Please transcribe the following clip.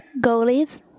Goalies